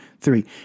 three